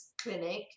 clinic